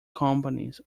companies